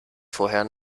vorher